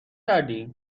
کردی